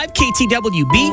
ktwb